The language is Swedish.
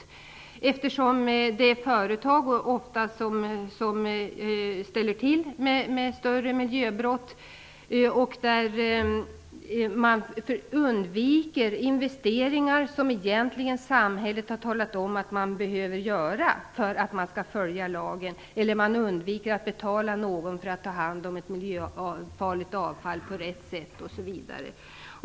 Det är ofta företag som begår större miljöbrott genom att undvika större investeringar som samhället har föreskrivit, genom att låta bli att betala någon för att ta hand om miljöfarligt avfall på rätt sätt osv.